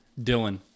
Dylan